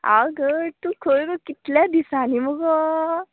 हांव घट तूं खंय गो कितल्या दिसांनी मुगो